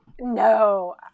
no